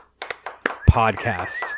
podcast